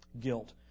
Guilt